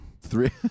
three